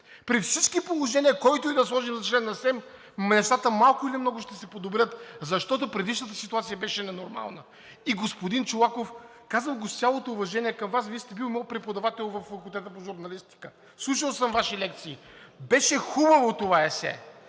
при всички положения когото и да сложим за член на СЕМ, нещата малко или много ще се подобрят, защото предишната ситуация беше ненормална. И господин Чолаков, казвам го с цялото ми уважение към Вас – Вие сте били мой преподавател във Факултета по журналистика, слушал съм Ваши лекции, беше хубаво това есе